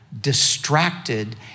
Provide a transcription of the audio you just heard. distracted